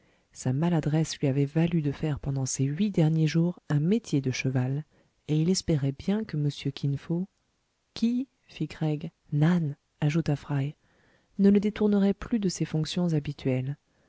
sa maladresse lui avait valu de faire pendant ces huit derniers jours un métier de cheval et il espérait bien que m kin fo ki fit craig nan ajouta fry ne le détournerait plus de ses fonctions habituelles